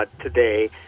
Today